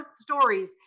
stories